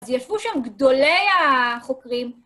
אז ישבו שם גדולי החוקרים.